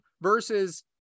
versus